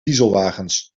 dieselwagens